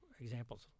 examples